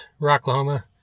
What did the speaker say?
Rocklahoma